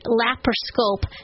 laparoscope